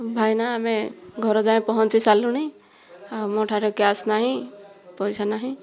ଭାଇନା ଆମେ ଘର ଯାଏଁ ପହଞ୍ଚିସାରିଲୁଣି ଆଉ ମୋ' ଠାରେ କ୍ୟାଶ୍ ନାହିଁ ପଇସା ନାହିଁ